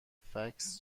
فکس